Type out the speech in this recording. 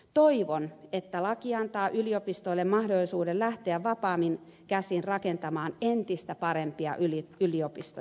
toivon että laki antaa yliopistoille mahdollisuuden lähteä vapaammin käsin rakentamaan entistä parempia yliopistoja